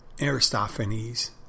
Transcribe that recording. Aristophanes